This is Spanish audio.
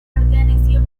perteneció